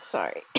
Sorry